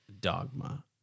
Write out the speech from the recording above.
dogma